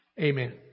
Amen